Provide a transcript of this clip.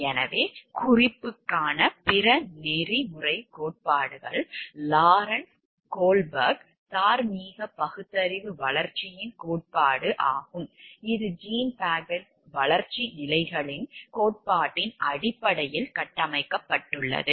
எனவே குறிப்புக்கான பிற நெறிமுறைக் கோட்பாடுகள் லாரன்ஸ் கோல்பெர்க்கின் Lawrence Kohlberg's தார்மீக பகுத்தறிவு வளர்ச்சியின் கோட்பாடு ஆகும் இது ஜீன் பேஜெட்டின்Jean Paget's வளர்ச்சி நிலைகளின் கோட்பாட்டின் அடிப்படையில் கட்டமைக்கப்பட்டுள்ளது